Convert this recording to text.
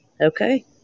Okay